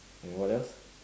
and what else